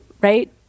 right